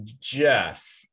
Jeff